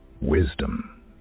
wisdom